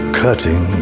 cutting